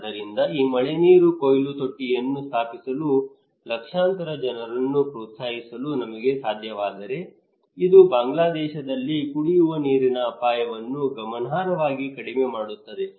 ಆದ್ದರಿಂದ ಈ ಮಳೆನೀರು ಕೊಯ್ಲು ತೊಟ್ಟಿಯನ್ನು ಸ್ಥಾಪಿಸಲು ಲಕ್ಷಾಂತರ ಜನರನ್ನು ಪ್ರೋತ್ಸಾಹಿಸಲು ನಮಗೆ ಸಾಧ್ಯವಾದರೆ ಅದು ಬಾಂಗ್ಲಾದೇಶದಲ್ಲಿ ಕುಡಿಯುವ ನೀರಿನ ಅಪಾಯವನ್ನು ಗಮನಾರ್ಹವಾಗಿ ಕಡಿಮೆ ಮಾಡುತ್ತದೆ